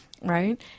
right